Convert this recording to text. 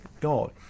God